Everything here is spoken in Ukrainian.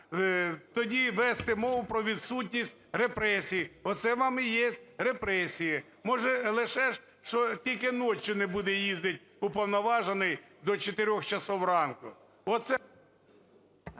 тоді вести мову про відсутність репресій? Оце вам і є репресії. Може, лише ж, що тільки ночью не буде їздити уповноважений до 4 часов ранку. Оце…